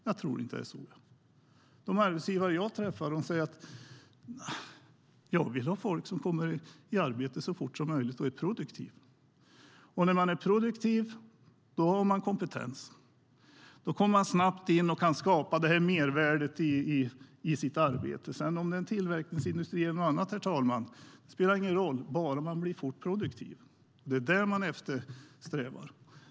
Jag tror inte att det är så. De arbetsgivare jag träffar säger: Jag vill ha folk som kommer i arbete så fort som möjligt och är produktiva. När man är produktiv har man kompetens. Då kommer man snabbt in och kan skapa mervärde i sitt arbete. Om det sedan är en tillverkningsindustri eller något annat, herr talman, spelar ingen roll, bara man blir fort produktiv. Det är vad man eftersträvar.